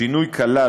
השינוי כלל,